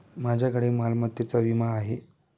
माझ्याकडे मालमत्तेचा विमा आहे